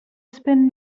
spin